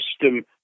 system